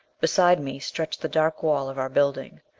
beside me stretched the dark wall of our building.